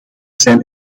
zijn